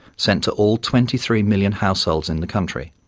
sent to all twenty three million households in the country,